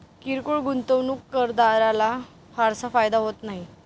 किरकोळ गुंतवणूकदाराला फारसा फायदा होत नाही